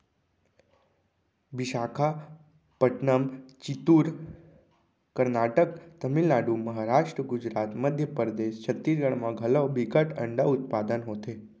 बिसाखापटनम, चित्तूर, करनाटक, तमिलनाडु, महारास्ट, गुजरात, मध्य परदेस, छत्तीसगढ़ म घलौ बिकट अंडा उत्पादन होथे